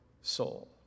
soul